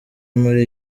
muri